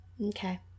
Okay